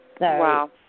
Wow